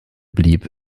blieb